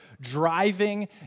driving